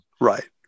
Right